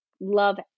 love